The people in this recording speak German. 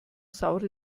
saure